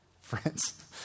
friends